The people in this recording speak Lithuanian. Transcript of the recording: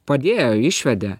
padėjo išvedė